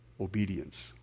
Obedience